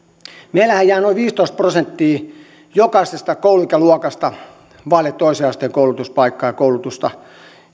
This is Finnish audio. meillähän jää noin viisitoista prosenttia jokaisesta kouluikäluokasta vaille toisen asteen koulutuspaikkaa ja koulutusta